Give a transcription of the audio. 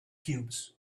cubes